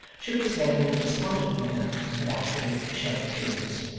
shook his head in a despondent manner and actually shed tears.